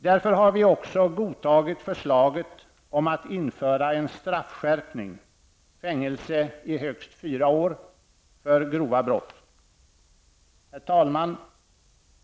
Därför har vi också godtagit förslaget om att införa en straffskärpning -- Herr talman!